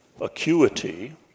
acuity